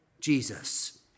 Jesus